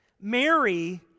Mary